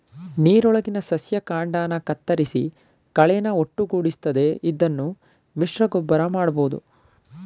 ನೀರೊಳಗಿನ ಸಸ್ಯ ಕಾಂಡನ ಕತ್ತರಿಸಿ ಕಳೆನ ಒಟ್ಟುಗೂಡಿಸ್ತದೆ ಇದನ್ನು ಮಿಶ್ರಗೊಬ್ಬರ ಮಾಡ್ಬೋದು